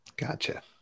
Gotcha